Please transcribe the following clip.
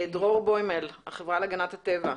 דרור בוימל, החברה להגנת הטבע.